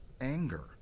anger